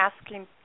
asking